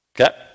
Okay